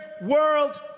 world